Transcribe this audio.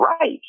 right